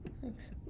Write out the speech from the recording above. Thanks